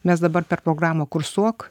mes dabar per programą kursuok